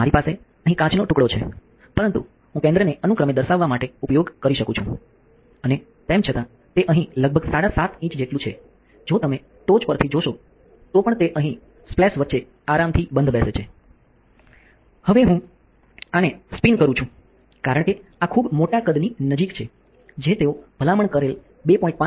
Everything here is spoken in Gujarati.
મારી પાસે અહીં કાચનો ટુકડો છે પરંતુ હું કેન્દ્રને અનુક્રમે દર્શાવવા માટે ઉપયોગ કરી શકું છું અને તેમ છતાં તે અહીં લગભગ સાડા સાત ઇંચ જેટલું છે જો તમે ટોચ પરથી જોશો તો પણ તે અહીં સ્પ્લેશ વચ્ચે આરામથી બંધબેસે છે હવે હું આને સ્પિન કરું છું કારણ કે આ ખૂબ મોટા કદની નજીક છે જે તેઓ ભલામણ કરેલ 2